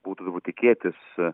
būtų turbūt tikėtis